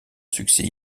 succès